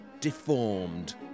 deformed